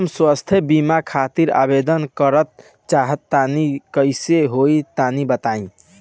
हम स्वास्थ बीमा खातिर आवेदन करल चाह तानि कइसे होई तनि बताईं?